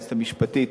היועצת המשפטית,